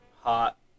Hot